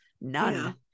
None